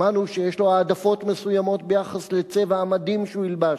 שמענו שיש לו העדפות מסוימות ביחס לצבע המדים שהוא ילבש,